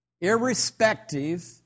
Irrespective